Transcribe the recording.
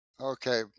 Okay